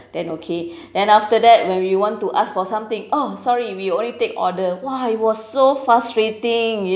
then okay then after that when we want to ask for something oh sorry we only take order !wah! it was so frustrating